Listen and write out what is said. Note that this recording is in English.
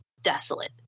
Desolate